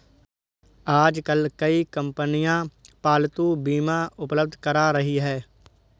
आजकल कई कंपनियां पालतू बीमा उपलब्ध करा रही है